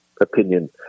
opinion